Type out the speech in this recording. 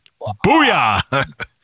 booyah